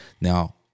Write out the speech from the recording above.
Now